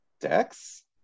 Dex